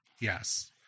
yes